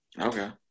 Okay